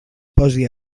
posi